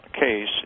case